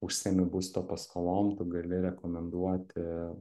užsiemi būsto paskolom tu gali rekomenduoti